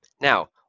Now